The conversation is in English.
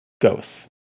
ghosts